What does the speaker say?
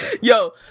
yo